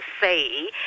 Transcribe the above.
say